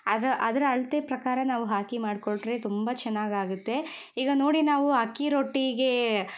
ಅದರ ಅದರ ಅಳತೆ ಪ್ರಕಾರ ನಾವು ಹಾಕಿ ಮಾಡಿಕೊಂಡ್ರೆ ತುಂಬ ಚೆನ್ನಾಗಾಗತ್ತೆ ಈಗ ನೋಡಿ ನಾವು ಅಕ್ಕಿ ರೊಟ್ಟಿಗೆ